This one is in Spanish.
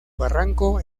barranco